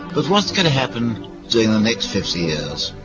but what's going to happen during the next fifty years?